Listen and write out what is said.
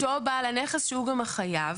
למעשה, אותו בעל הכנס שהוא גם החייב.